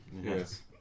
Yes